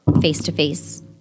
face-to-face